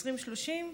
ב-2030,